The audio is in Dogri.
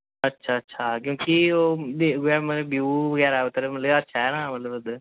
अच्छा अच्छा क्योंकि ओह् मतलब ब्यू बगैरा मतलब अच्छा ऐ ना मतलब उद्धर